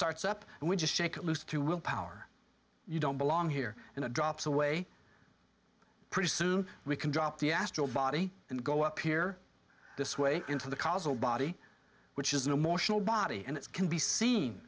starts up and we just shake loose to willpower you don't belong here and the drops away pretty soon we can drop the astral body and go up here this way into the cause or body which is an emotional body and it can be seen